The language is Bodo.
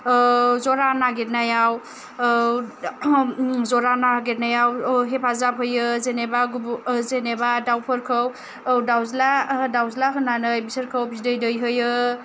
जरा नागिरनायाव जरा नागिरनायाव हेफाजाब होयो जेनेबा गुबुन जेनेबा दाउफोरखौ दाउज्ला दाउज्ला होननानै बिसोरखौ बिदै दैहोयो